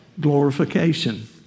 Glorification